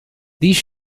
these